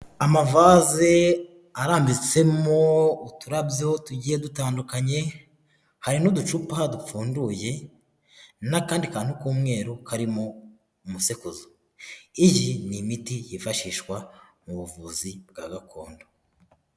Amavaze arambitsemo uturabyo tugiye dutandukanye, hari n'uducupa dupfunduye n'akandi kantu k'umweru karimo umusekuzo, iyi ni imiti yifashishwa mu buvuzi bwa gakondo.